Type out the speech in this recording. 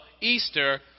Easter